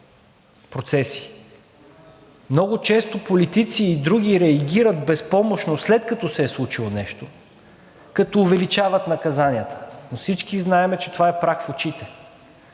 Много често политици и други реагират безпомощно, след като се е случило нещо, като увеличават наказанията, но всички знаем, че това е прах в очите,